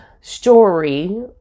story